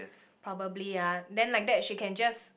probably ah then like that she can just